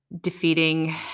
defeating